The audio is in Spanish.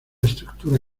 estructura